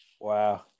Wow